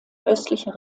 östlicher